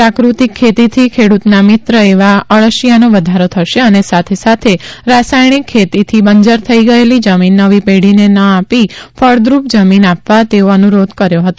પ્રાકૃતિક ખેતીથી ખેડૂતના મિત્ર એવા અળશિયાનો વધારો થશે અને સાથે સાથે રાસાયણિક ખેતીથી બંજર થઇ ગયેલી જમીન નવી પેઢીને ન આપી ફળદ્રપ જમીન આપવા તેઓએ અનુરોધ કર્યો હતો